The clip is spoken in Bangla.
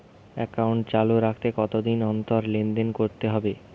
একাউন্ট চালু রাখতে কতদিন অন্তর লেনদেন করতে হবে?